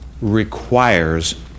requires